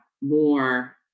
more